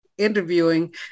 interviewing